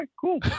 cool